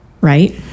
right